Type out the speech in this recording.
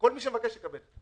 כל מי שיבקש יקבל.